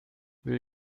will